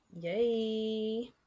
Yay